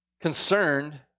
concerned